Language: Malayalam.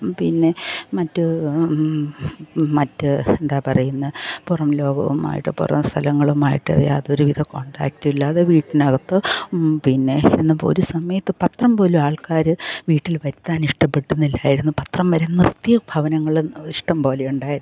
പിന്നെ മറ്റ് മറ്റ് എന്താ പറയുന്നത് പുറംലോകവുമായിട്ട് പുറം സ്ഥലങ്ങളുമായിട്ട് യാതൊരുവിധ കോണ്ടാക്റ്റും ഇല്ലാതെ വീട്ടിനകത്ത് പിന്നെ ഇന്ന് ഇപ്പോൾ ഒരുസമയത്ത് പത്രം പോലും ആൾക്കാർ വീട്ടിൽ വരുത്താൻ ഇഷ്ടപ്പെട്ടിരുന്നില്ലായിരുന്നു പത്രം വരുന്നത് നിർത്തിയ ഭവനങ്ങളും ഇഷ്ടംപോലെയുണ്ടായിരുന്നു